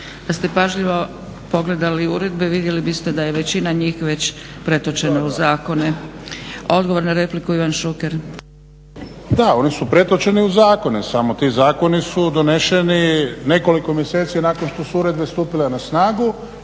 Da ste pažljivo pogledali uredbe vidjeli biste da je većina njih već pretočena u zakone. Odgovor na repliku, Ivan Šuker. **Šuker, Ivan (HDZ)** Da, one su pretočene u zakone, samo ti zakoni su doneseni nekoliko mjeseci nakon što su uredbe stupile na snagu.